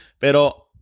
Pero